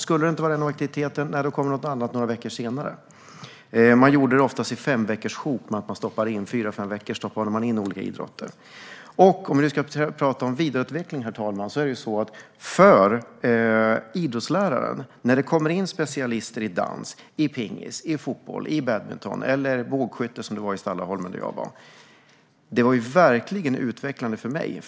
Skulle det inte vara en av de aktiviteterna kom någonting annat några veckor senare. Man gjorde det oftast i femveckorssjok och stoppade in olika idrotter under fyra fem veckor. Om vi nu ska tala om vidareutveckling, herr talman, är det verkligen det för idrottsläraren när det kommer in specialister på dans, pingis, fotboll, badminton eller bågskytte, som det var i Stallarholmen där jag var. Det var verkligen utvecklande för mig.